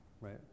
right